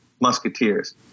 Musketeers